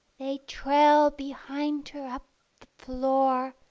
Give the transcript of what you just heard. they trail behind her up the floor,